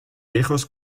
hijos